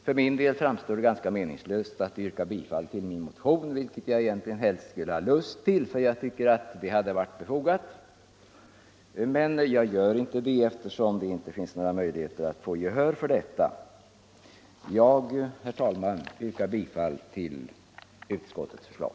För min del anser jag det i detta läge meningslöst att yrka bifall till motionen, vilket jag egentligen helst skulle gjort eftersom jag tycker att dess yrkande är befogat. Men jag gör inte det, eftersom det inte finns några möjligheter att i dag få gehör för detta. Herr talman! Jag yrkar bifall till utskottets förslag.